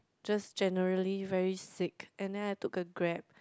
just generally very sick and then I took a Grab